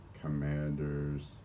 Commanders